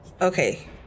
Okay